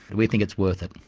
we think it's worth it.